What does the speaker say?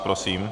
Prosím.